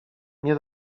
nie